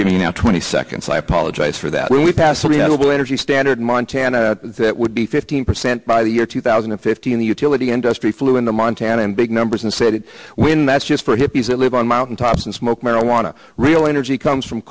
giving you now twenty seconds i apologize for that when we pass reasonable energy standard montana that would be fifteen percent by the year two thousand and fifteen the utility industry flew in the montana in big numbers and said when that's just for hippies that live on mountain tops and smoke marijuana real energy comes from